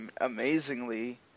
amazingly